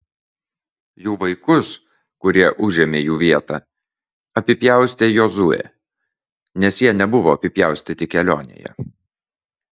jų vaikus kurie užėmė jų vietą apipjaustė jozuė nes jie nebuvo apipjaustyti kelionėje